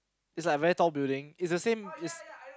it's like a very tall building it's the same it's